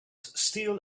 still